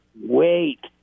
wait